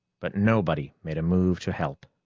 but nobody made a move to help.